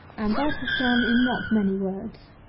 and that is done in not many words.